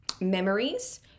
memories